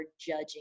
judging